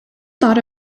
thought